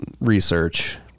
research